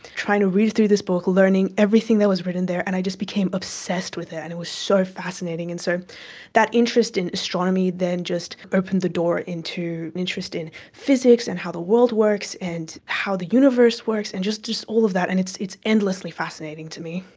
trying to read through this book, learning everything that was written there and i just became obsessed with it and it was so fascinating. and so that interest in astronomy then just opened the door into an interest in physics and how the world works and how the universe works and just just all of that, and it's it's endlessly fascinating to me.